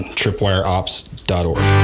tripwireops.org